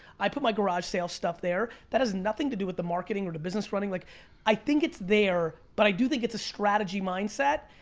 i put my garage sale stuff there. that has nothing to do with the marketing or the business running. like i think it's there, but i do think it's a strategy mindset.